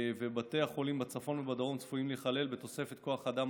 ובתי החולים בצפון ובדרום צפויים להיכלל בתוספת כוח האדם